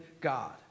God